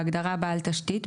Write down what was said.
בהגדרה "בעל תשתית",